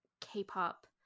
K-pop